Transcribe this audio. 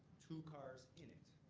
two cars in it.